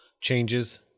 changes